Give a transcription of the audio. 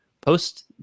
post